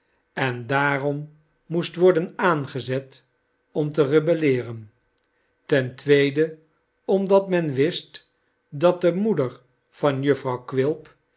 en daarom moest worden aangezet om te rebelleeren ten tweede omdat men wist dat de moeder van jufvrouw quilp